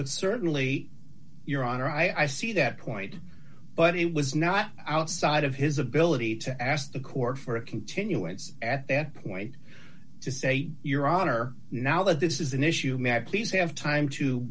of certainly your honor i see that point but it was not outside of his ability to ask the court for a continuance at that point to say your honor now that this is an issue matter please have time to